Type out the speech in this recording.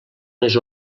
les